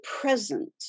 present